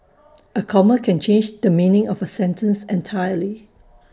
A comma can change the meaning of A sentence entirely